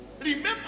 Remember